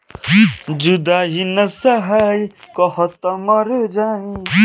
ATM card से online payment कैसे होई?